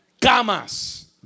camas